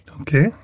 Okay